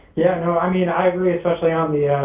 yeah so i mean i agree especially on the,